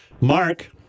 Mark